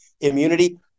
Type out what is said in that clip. immunity